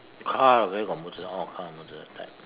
car where got moto~ oh car motor type